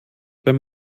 wenn